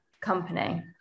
company